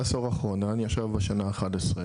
בעשור האחרון, אני עכשיו בשנה ה-11.